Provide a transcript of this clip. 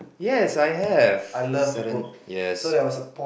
yes I have certain yes